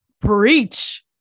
preach